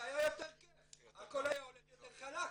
היה יותר כיף, הכל היה הולך יותר חלק.